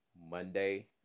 Monday